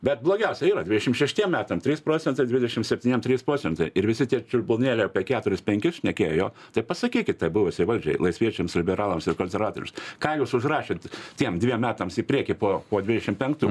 bet blogiausia yra dvidešim šeštiem metam trys procentai dvidešim septyniem trys procentai ir visi tie čiulbuonėliai apie keturis penkis šnekėjo jo tai pasakykite buvusiai valdžiai laisviečiams liberalams ir konservatoriams ką jūs užrašėt tiem dviem metams į priekį po po dvidešim penktų